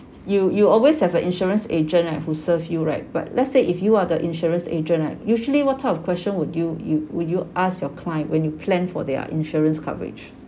you you always have a insurance agent right who serve you right but let's say if you are the insurance agent right usually what type of question would you you would you ask your client when you plan for their insurance coverage